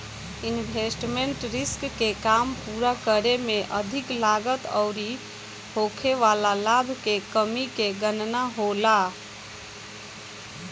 investment risk के काम पूरा करे में अधिक लागत अउरी होखे वाला लाभ के कमी के गणना होला